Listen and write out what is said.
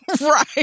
right